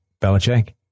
Belichick